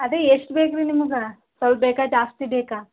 ಅದೇ ಎಷ್ಟು ಬೇಕು ರೀ ನಿಮಗಾ ಸ್ವಲ್ಪ ಬೇಕಾ ಜಾಸ್ತಿ ಬೇಕಾ